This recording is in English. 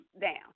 down